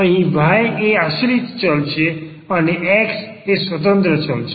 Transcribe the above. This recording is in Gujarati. અહી y એ આશ્રિત ચલ છે અને x એ સ્વતંત્ર ચલ છે